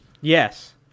Yes